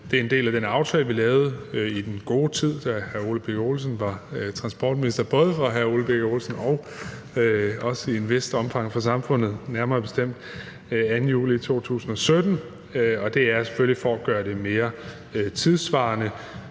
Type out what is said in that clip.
Det er en del af den aftale, vi lavede i den gode tid, da hr. Ole Birk Olesen var transportminister – det var den både for hr. Ole Birk Olesen og i et vist omfang også for samfundet – nærmere bestemt den 2. juli 2017. Og det handler selvfølgelig om at gøre det mere tidssvarende.